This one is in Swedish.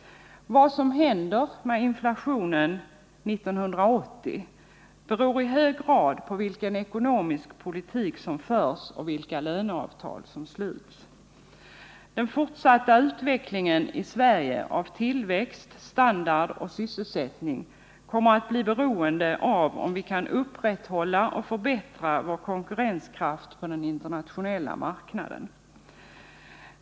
Vad som händer med inflationen 1980 beror i hög grad på vilken ekonomisk politik som förs och vilka löneavtal som sluts. Den fortsatta utvecklingen i Sverige av tillväxt, standard och sysselsättning kommer att bli beroende av om vi kan upprätthålla och förbättra vår konkurrenskraft på den internationella marknaden.